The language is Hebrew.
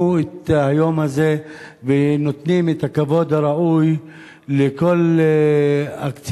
את היום הזה ונותנים את הכבוד הראוי לכל הקצינים